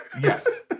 Yes